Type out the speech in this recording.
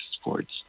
sports